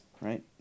right